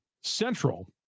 Central